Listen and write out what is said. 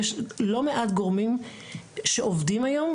יש לא מעט גורמים שעובדים היום,